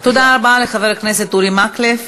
יציג את הצעת החוק חבר הכנסת אורי מקלב,